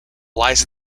lies